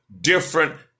different